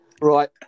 Right